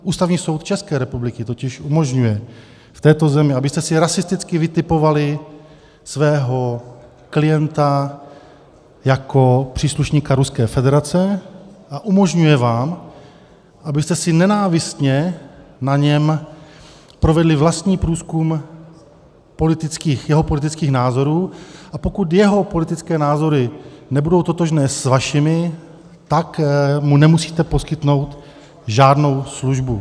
Ústavní soud České republiky totiž umožňuje v této zemi, abyste si rasisticky vytipovali svého klienta jako příslušníka Ruské federace, a umožňuje vám, abyste si na něm nenávistně provedli vlastní průzkum jeho politických názorů, a pokud jeho politické názory nebudou totožné s vašimi, tak mu nemusíte poskytnout žádnou službu.